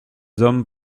hommes